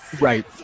right